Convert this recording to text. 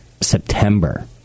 september